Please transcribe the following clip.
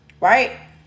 right